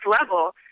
level